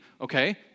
okay